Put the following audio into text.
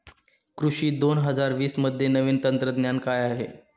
कृषी दोन हजार वीसमध्ये नवीन तंत्रज्ञान काय आहे?